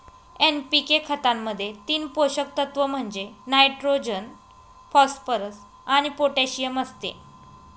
NPK खतामध्ये तीन पोषक तत्व म्हणजे नायट्रोजन, फॉस्फरस आणि पोटॅशियम असते